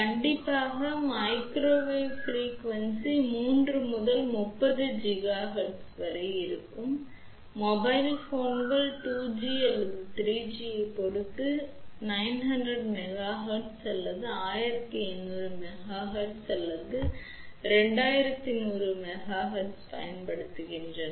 கண்டிப்பாக பேசும் மைக்ரோவேவ் அதிர்வெண் 3 முதல் 30 ஜிகாஹெர்ட்ஸ் வரை மொபைல் போன்கள் 2 ஜி அல்லது 3 ஜியைப் பொறுத்து 900 மெகா ஹெர்ட்ஸ் அல்லது 1800 மெகா ஹெர்ட்ஸ் அல்லது 2100 மெகா ஹெர்ட்ஸ் பயன்படுத்துகின்றன